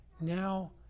Now